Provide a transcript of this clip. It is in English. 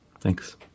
Thanks